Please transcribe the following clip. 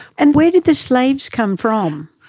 and where did the slaves come from?